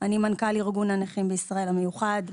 אני מנכ"ל ארגון הנכים בישראל המיוחד,